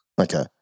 Okay